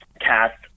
cast